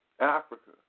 Africa